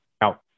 Now